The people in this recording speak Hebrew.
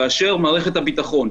כאשר מערכת הביטחון,